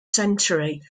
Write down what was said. century